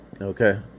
Okay